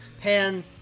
Pan